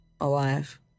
alive